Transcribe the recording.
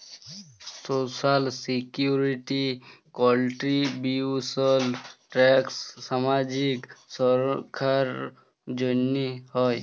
social security contributions tax সামাজিক সুরক্ষার জ্যনহে হ্যয়